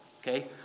Okay